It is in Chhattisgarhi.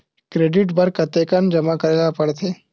क्रेडिट बर कतेकन जमा करे ल पड़थे?